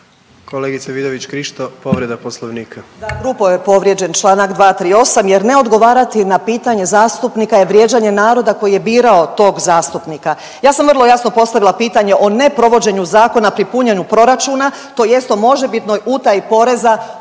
Kolegice Vidović Krišto, povreda Poslovnika.